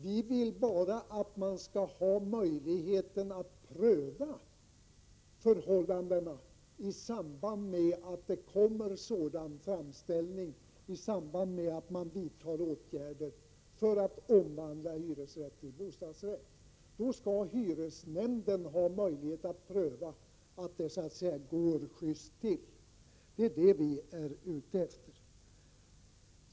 Vi vill bara att det skall finnas möjligheter att pröva förhållandena i samband med framställan om att vidta åtgärder för att omvandla hyresrätt till bostadsrätt. Hyresnämnden skall ha möjlighet att pröva om det går sjyst till. Det är vad vi är ute efter.